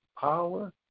power